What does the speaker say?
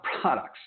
products